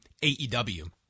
AEW